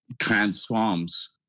transforms